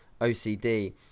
OCD